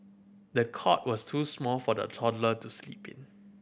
the cot was too small for the toddler to sleep in